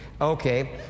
Okay